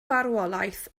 farwolaeth